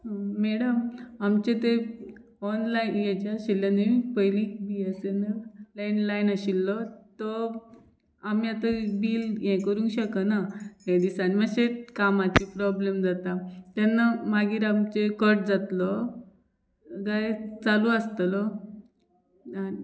madam आमचे ते online हेचे आशिल्ले न्ही पयली B S N L landline आशिल्लो तो आमी आतां बील हें करूंक शकना हें दिसांनी मातशें कामाची प्रोब्लेम जाता तेन्ना मागीर आमचें कट जातलो गाय चालू आसतलो